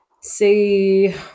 see